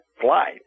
flight